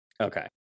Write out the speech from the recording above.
Okay